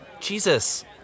Jesus